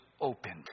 opened